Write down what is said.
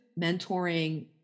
mentoring